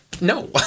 No